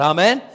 Amen